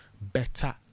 better